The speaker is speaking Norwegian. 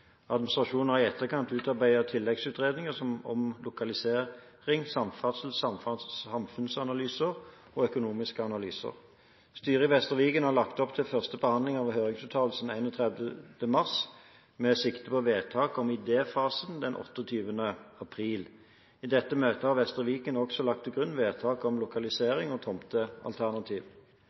Administrasjonen har i etterkant utarbeidet tilleggsutredninger om lokalisering, samferdsel, samfunnsanalyser og økonomiske analyser. Styret i Vestre Viken har lagt opp til første behandling av høringsuttalelsene 31. mars, med sikte på vedtak om idéfasen den 28. april. I dette møtet har Vestre Viken også lagt til grunn vedtak om lokalisering og